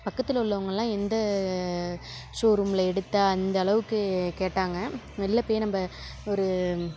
பக்கத்தில் உள்ளவங்களாம் எந்த ஷோரூமில் எடுத்த அந்த அளவுக்கு கேட்டாங்க வெளியில போய் நம்ம ஒரு